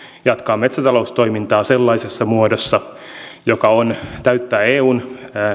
jatkaa metsätaloustoimintaa sellaisessa muodossa joka täyttää eun